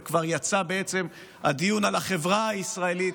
ובעצם כבר יצא הדיון על החברה הישראלית,